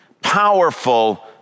powerful